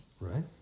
Right